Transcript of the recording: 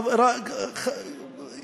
תן אותם במתנה.